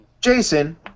Jason